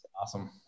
Awesome